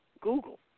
Google